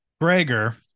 Gregor